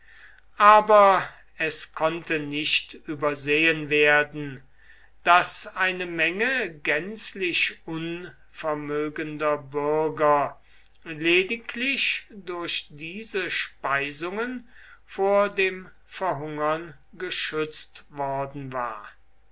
aber es konnte nicht übersehen werden daß eine menge gänzlich unvermögender bürger lediglich durch diese speisungen vor dem verhungern geschützt worden war